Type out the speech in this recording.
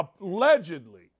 allegedly